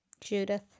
Judith